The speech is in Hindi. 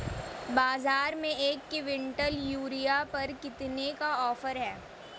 बाज़ार में एक किवंटल यूरिया पर कितने का ऑफ़र है?